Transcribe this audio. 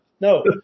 No